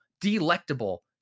delectable